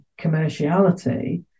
commerciality